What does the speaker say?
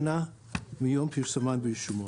שנה מיום פרסומן ברשומות.